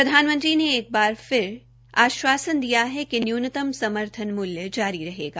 प्रधानमंत्री ने एक बार फिर आश्वासन दिया है कि न्यूनतम समर्थन मूल्य जारी रहेगा